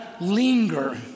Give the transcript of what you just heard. linger